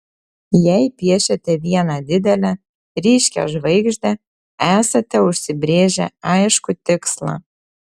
jei piešiate vieną didelę ryškią žvaigždę esate užsibrėžę aiškų tikslą